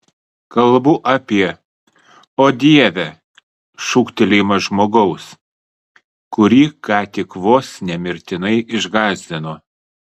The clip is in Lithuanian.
kalbu apie o dieve šūktelėjimą žmogaus kurį ką tik vos ne mirtinai išgąsdino